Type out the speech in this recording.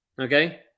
okay